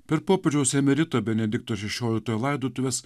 per popiežiaus emerito benedikto šešioliktojo laidotuves